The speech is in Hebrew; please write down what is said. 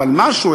אבל משהו,